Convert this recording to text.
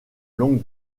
longue